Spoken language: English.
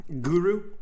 guru